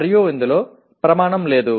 మరియు ఇందులో ప్రమాణం లేదు